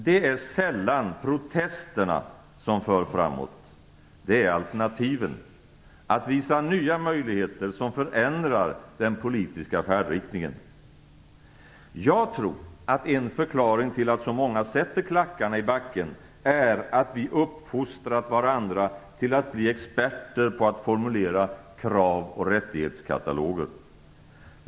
Det är sällan protesterna som för framåt, det är alternativen, att visa nya möjligheter som förändrar den politiska färdriktningen. Jag tror att en förklaring till att så många sätter klackarna i backen är att vi har uppfostrat varandra till att bli experter på att formulera krav och rättighetskataloger.